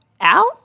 Out